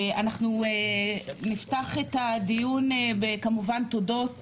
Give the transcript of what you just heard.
אנחנו נפתח את הדיון כמובן עם תודות